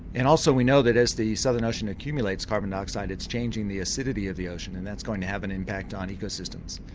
and also we know that as the southern ocean accumulates carbon dioxide it's changing the acidity of the ocean, and that's going to have an impact on ecosystems.